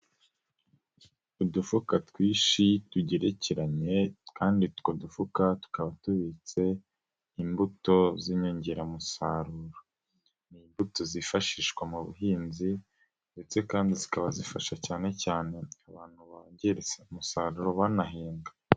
Udufuka twinshi tugerekeranye kandi utwo dufuka tukaba tubitse imbuto z'inyongeramusaruro, ni imbuto zifashishwa mu buhinzi ndetse kandi zikaba zifasha cyane cyane abantu bongereye umusaruro banahinga.